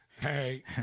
Hey